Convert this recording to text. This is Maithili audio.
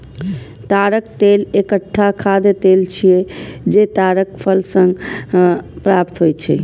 ताड़क तेल एकटा खाद्य तेल छियै, जे ताड़क फल सं प्राप्त होइ छै